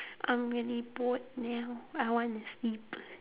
I'm really bored now I wanna sleep